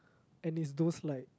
and it's those like